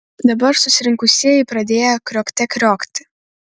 dabar susirinkusieji pradėjo kriokte kriokti